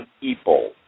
people